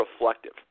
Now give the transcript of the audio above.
reflective